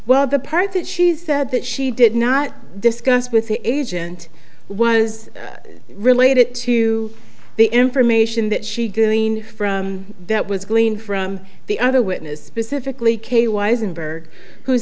well the part that she said that she did not discuss with the agent was related to the information that she doing that was gleaned from the other witness specifically kay wisenberg who